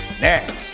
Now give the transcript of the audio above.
next